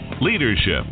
leadership